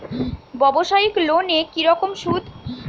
ব্যবসায়িক লোনে কি রকম সুদ?